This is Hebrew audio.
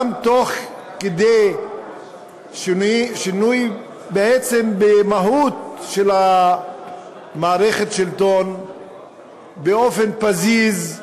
גם תוך כדי שינויים בעצם במהות של מערכת השלטון באופן פזיז,